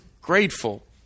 grateful